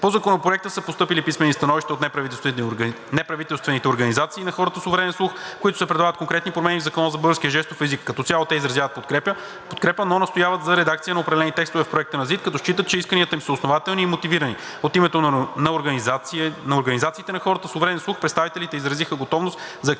По Законопроекта са постъпили писмени становища от неправителствените организации на хората с увреден слух, в които се предлагат конкретни промени в Закона за българския жестов език. Като цяло те изразяват подкрепа, но настояват за редакция на определени текстове в проекта на ЗИД, като считат, че исканията им са основателни и мотивирани. От името на организациите на хората с увреден слух представителите изразиха готовност за активно